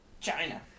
China